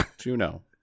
Juno